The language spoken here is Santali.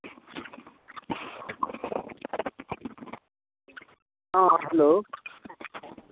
ᱦᱮᱸ ᱦᱮᱞᱳ